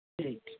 ठीक है